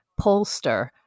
pollster